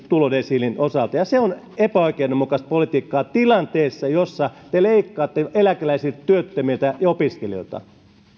tulodesiiliin ja se on epäoikeudenmukaista politiikkaa tilanteessa jossa te leikkaatte eläkeläisiltä työttömiltä ja opiskelijoilta